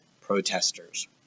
protesters